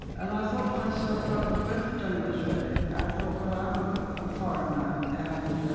and i thought to myself, well, when dinner was ready, i thought, well, i'm a foreigner, and.